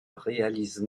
réalise